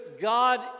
God